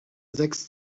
sechs